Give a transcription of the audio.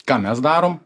ką mes darom